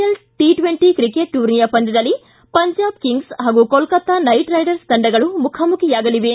L T twenty cricket ಟೂರ್ನಿಯ ಪಂದ್ಕದಲ್ಲಿ Punjab Kings ಹಾಗೂ ಕೋಲ್ಕತ್ತ ನೈಟ್ ರೈಡರ್ಸ್ ತಂಡಗಳು ಮುಖಾಮುಖಿಯಾಗಲಿವೆ